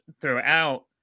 throughout